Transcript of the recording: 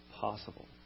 possible